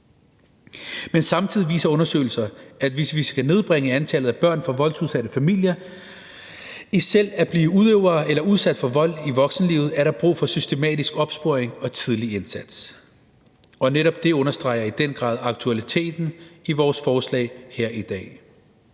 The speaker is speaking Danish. Men samtidig viser undersøgelser, at der, hvis vi skal nedbringe antallet af børn fra voldsudsatte familier, der selv bliver udøvere eller bliver udsat for vold i voksenlivet, er brug for en systematisk opsporing og tidlig indsats, og netop det understreger i den grad aktualiteten i vores forslag her i dag.